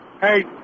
Hey